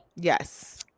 Yes